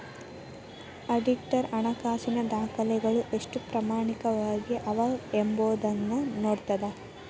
auditor ಹಣಕಾಸಿನ ದಾಖಲೆಗಳು ಎಷ್ಟು ಪ್ರಾಮಾಣಿಕವಾಗಿ ಅವ ಎಂಬೊದನ್ನ ನೋಡ್ತದ